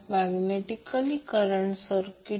XC आपण XL किंवा RL 2 म्हणतो